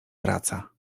wraca